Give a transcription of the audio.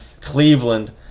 Cleveland